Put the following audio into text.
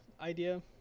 idea